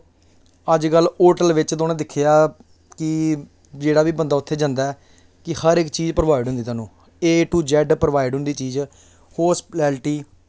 अज्ज कल होटल बिच हून दिक्खेआ कि कि जेह्ड़ा बी बंदा उत्थें जंदा ऐ ते हर इक चीज प्रोवाइड होंदी थाह्नूं उत्थें ए टू जेड प्रोवाइड होंदी चीज हॉस्पिटैलिटी